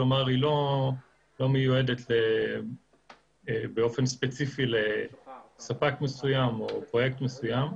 כלומר לא מיועדת באופן ספציפי לספק מסוים או לפרויקט מסוים.